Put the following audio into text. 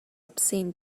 obscene